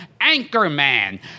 Anchorman